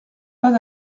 pas